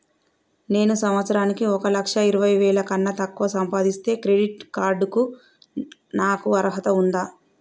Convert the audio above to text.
నేను సంవత్సరానికి ఒక లక్ష ఇరవై వేల కన్నా తక్కువ సంపాదిస్తే క్రెడిట్ కార్డ్ కు నాకు అర్హత ఉందా?